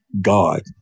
God